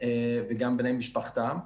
וגם בני משפחותיהם.